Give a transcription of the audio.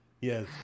Yes